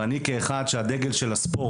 ואני אומר את זה כאחד שהדגל של הספורט